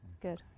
good